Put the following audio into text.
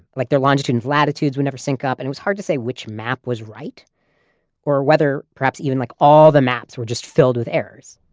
like their longitude and latitudes would never sync up and it was hard to say which map was right or whether perhaps even like all the maps were just filled with errors.